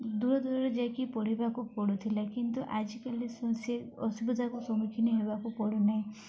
ଦୂର ଦୂରରେ ଯାଇକି ପଢ଼ିବାକୁ ପଡ଼ୁଥିଲା କିନ୍ତୁ ଆଜିକାଲି ସେ ଅସୁବିଧାକୁ ସମ୍ମୁଖୀନ ହେବାକୁ ପଡ଼ୁନାହିଁ